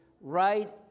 right